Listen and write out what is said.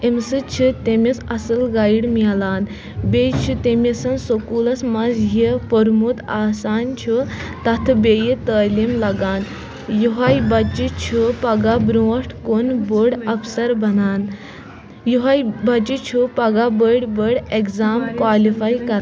امہِ سۭتۍ چھِ تٔمِس اَصٕل گایِڈ میلان بیٚیہِ چھِ تٔمِس سکوٗلَس منٛز یہِ پوٚرمُت آسان چھِ تَتھ بیٚیہِ تعلیٖم لَگان یِہوے بَچہِ چھِ پَگہہ برونٛٹھ کُن بوٚڈ اَفسَر بَنان یہوے بَچہِ چھُ پَگہہ بٔڑۍ بٔڑۍ اٮ۪کزام کالِفاے کَر